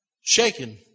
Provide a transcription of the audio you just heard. Shaken